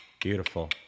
Beautiful